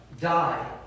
die